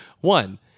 One